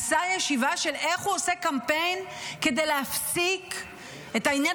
בצלאל סמוטריץ' עשה ישיבה של איך הוא עושה קמפיין כדי להפסיק את העניין